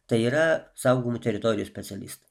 tai yra saugomų teritorijų specialistai